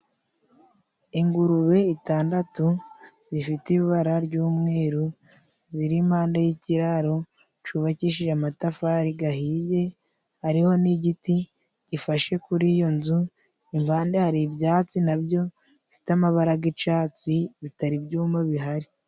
Ingurube itandatu zifite ibara ry'umweru, ziri impande y'ikiraro cubakishije amatafari gahiye, hariho n'igiti gifashe kuri iyo nzu, impande hari ibyatsi nabyo bifite amabara g'icatsi bitari byuma bihari.